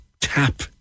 tap